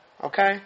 Okay